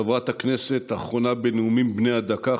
חברת הכנסת האחרונה בנאומים בני הדקה,